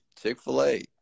chick-fil-a